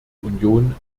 union